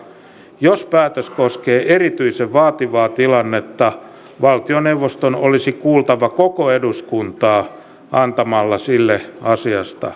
jos päätös koskee erityisen vaativaa tilannetta valtioneuvoston olisi kuultava koko eduskuntaa antamalla sille asiasta selonteko